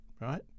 right